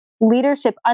leadership